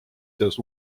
seast